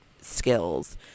Skills